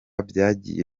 byagiye